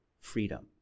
freedom